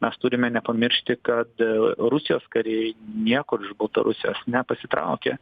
mes turime nepamiršti kad rusijos kariai niekur iš baltarusijos nepasitraukė